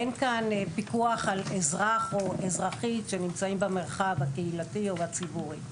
אין כאן פיקוח על אזרח או אזרחית שנמצאים במרחב הקהילתי או הציבורי.